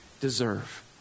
deserve